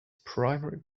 primary